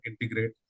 integrate